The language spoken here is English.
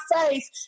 faith